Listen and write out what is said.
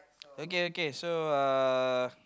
okay okay so uh